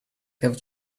have